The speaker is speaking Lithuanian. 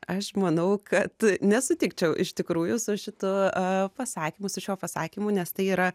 aš manau kad nesutikčiau iš tikrųjų su šitu pasakymu su šiuo pasakymu nes tai yra